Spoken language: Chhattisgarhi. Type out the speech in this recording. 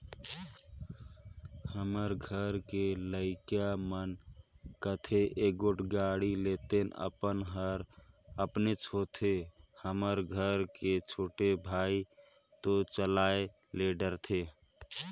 हमर घर के लइका मन कथें एगोट गाड़ी लेतेन अपन हर अपनेच होथे हमर घर के छोटे भाई तो चलाये ले डरथे